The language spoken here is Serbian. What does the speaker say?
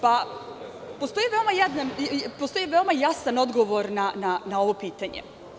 Postoji veoma jasan odgovor na ovo pitanje.